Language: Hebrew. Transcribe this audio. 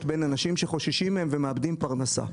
בין אנשים שחוששים מהם ומאבדים פרנסה.